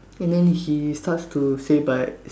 and then he starts to say but